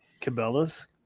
Cabela's